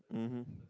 mmhmm